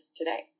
today